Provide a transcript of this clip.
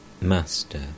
Master